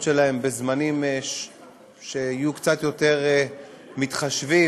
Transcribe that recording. שלהם בזמנים שיהיו קצת יותר מתחשבים.